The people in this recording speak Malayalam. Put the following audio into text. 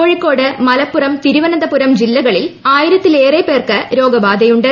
കോഴിക്കോട് മലപ്പുറം തിരുവനന്തപുരം ജില്ലകളിൽ ആയിരത്തിലേറെപ്പേർക്ക് രോഗബാധയുണ്ട്